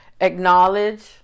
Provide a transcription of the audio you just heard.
acknowledge